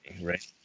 right